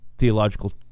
Theological